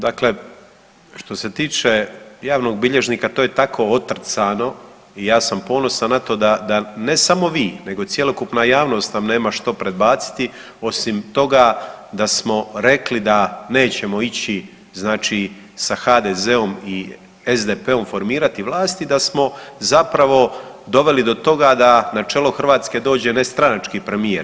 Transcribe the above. Dakle što se tiče javnog bilježnika to je tako otrcano i ja sam ponosan na to da ne samo vi, nego cjelokupna javnost nam nema što predbaciti osim toga da smo rekli da nećemo ići znači sa HDZ-om i SDP-om formirati vlasti, da smo zapravo doveli do toga da na čelo Hrvatske dođe nestranački premijer.